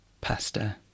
Pasta